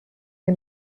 les